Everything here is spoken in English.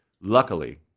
Luckily